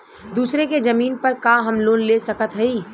दूसरे के जमीन पर का हम लोन ले सकत हई?